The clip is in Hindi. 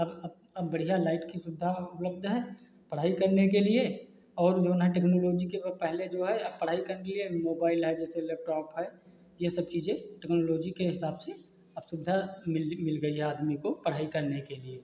अब अब बढ़िया लाइट की सुविधा उपलब्ध है पढ़ाई करने के लिए और जो ना टेक्नोलॉजी के पहले जो है अब पढ़ाई कर लिए मोबाइल है जैसे लैपटॉप है ये सब चीज़ें टेक्नोलॉजी के हिसाब से अब सुविधा मिल मिल गई है आदमी को पढ़ाई करने के लिए